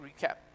recap